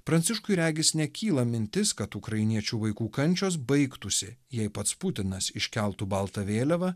pranciškui regis nekyla mintis kad ukrainiečių vaikų kančios baigtųsi jei pats putinas iškeltų baltą vėliavą